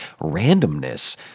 randomness